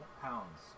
pounds